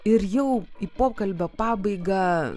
ir jau į pokalbio pabaigą